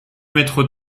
mettre